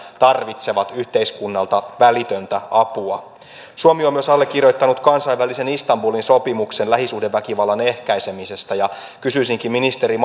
tarvitsevat yhteiskunnalta välitöntä apua suomi on myös allekirjoittanut kansainvälisen istanbulin sopimuksen lähisuhdeväkivallan ehkäisemisestä ja kysyisinkin ministeri